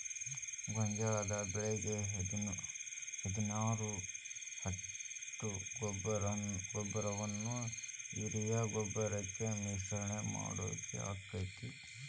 ಗೋಂಜಾಳ ಬೆಳಿಗೆ ಹದಿನಾರು ಹತ್ತು ಗೊಬ್ಬರವನ್ನು ಯೂರಿಯಾ ಗೊಬ್ಬರಕ್ಕೆ ಮಿಶ್ರಣ ಮಾಡಾಕ ಆಕ್ಕೆತಿ?